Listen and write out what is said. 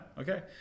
Okay